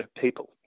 people